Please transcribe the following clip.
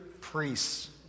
priests